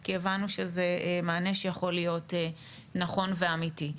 כי הבנו שזה מענה שיכול להיות נכון ואמיתי.